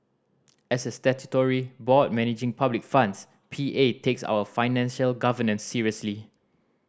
as a statutory board managing public funds P A takes our financial governance seriously